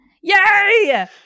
Yay